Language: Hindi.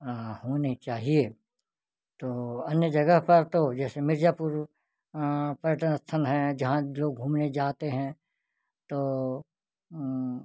होने चाहिए तो अन्य जगह पर तो जैसे मिर्ज़ापुर पर्यटन स्थल है जहाँ जो घूमने जाते हैं तो